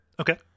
Okay